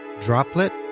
Droplet